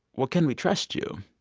well, can we trust you?